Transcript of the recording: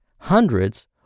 hundreds